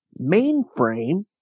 Mainframe